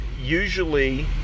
usually